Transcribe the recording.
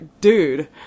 dude